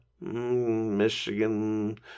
Michigan